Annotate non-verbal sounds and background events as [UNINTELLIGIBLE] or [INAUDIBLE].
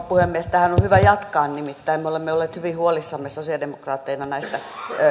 [UNINTELLIGIBLE] puhemies tästä on hyvä jatkaa nimittäin me olemme olleet hyvin huolissamme sosialidemokraatteina tästä